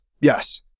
Yes